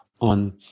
on